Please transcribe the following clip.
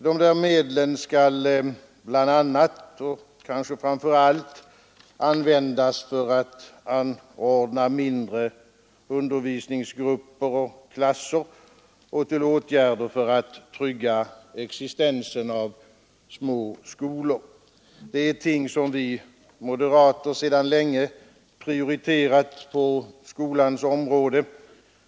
Dessa medel skall bl.a. och kanske framför allt användas för att anordna mindre undervisningsgrupper och klasser och till åtgärder för att trygga existensen av små skolor. Det är ting som vi moderater sedan länge prioriterat på skolans område.